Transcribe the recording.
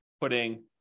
putting